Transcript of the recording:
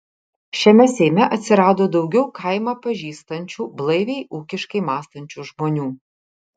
šiame seime atsirado daugiau kaimą pažįstančių blaiviai ūkiškai mąstančių žmonių